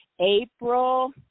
April